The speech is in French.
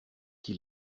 qui